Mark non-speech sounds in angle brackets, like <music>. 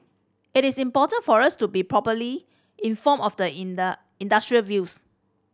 it is important for us to be properly informed of the in the <unintelligible> industry views